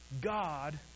God